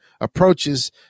approaches